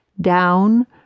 down